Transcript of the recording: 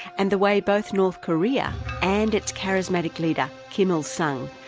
and the way both north korea and its charismatic leader kim il-sung,